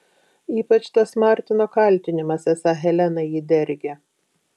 ypač tas martino kaltinimas esą helena jį dergia